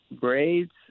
braids